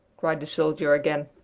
cried the soldier again.